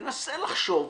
ננסה לחשוב.